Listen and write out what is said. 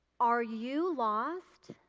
are you lost?